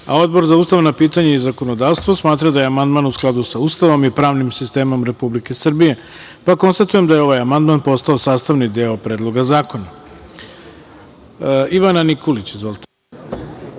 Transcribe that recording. a Odbor za ustavna pitanja i zakonodavstvo smatra da je amandman u skladu sa Ustavom i pravnim sistemom Republike Srbije. Konstatujem da je ovaj amandman postao sastavni deo Predloga zakona. Reč